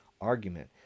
argument